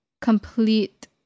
complete